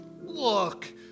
Look